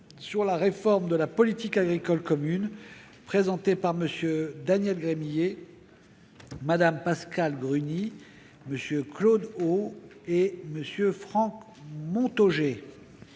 sur la réforme de la politique agricole commune, présentée par M. Daniel Gremillet, Mme Pascale Gruny, MM. Claude Haut et Franck Montaugé